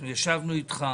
ישבנו איתך.